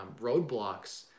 roadblocks